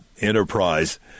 Enterprise